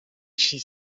she